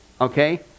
Okay